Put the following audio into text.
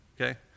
okay